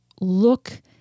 look